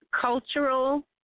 cultural